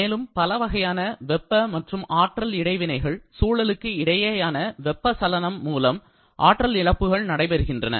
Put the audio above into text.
மேலும் பலவகையான பப்ப மற்றும் ஆற்றல் இடைவினைகள் சூழலுக்கு இடையேயான வெப்ப சலனம் மூலம் ஆற்றல் இழப்புகள் நடைபெறுகின்றன